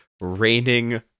Raining